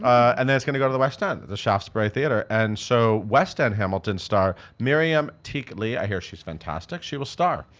and then it's gonna go to the west end, the shaftesbury theatre, and so west end hamilton star miriam-teak lee. i hear she's fantastic she will star.